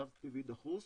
גז טבעי דחוס,